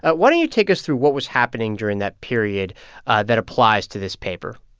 but why don't you take us through what was happening during that period that applies to this paper?